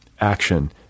action